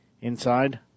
inside